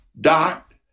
Dot